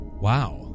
wow